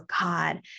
God